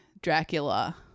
Dracula